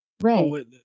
Right